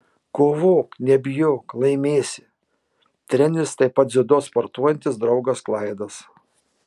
kovok nebijok laimėsi treneris taip pat dziudo sportuojantis draugas klaidas